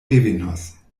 revenos